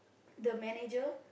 the manager